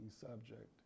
subject